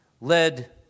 led